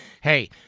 hey